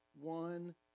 one